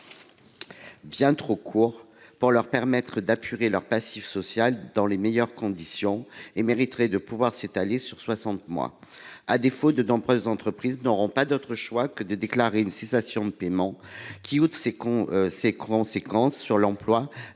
bien trop courts pour leur permettre d’apurer leur passif social dans les meilleures conditions. Ils mériteraient de pouvoir s’étaler sur soixante mois. À défaut, de nombreuses entreprises n’auront pas d’autre choix que de se déclarer en cessation de paiements, ce qui aura des conséquences sur l’emploi